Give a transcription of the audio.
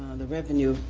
the revenue,